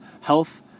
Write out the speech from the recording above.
health